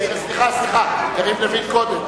סליחה, יריב לוין קודם.